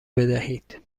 بدهید